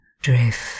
Drift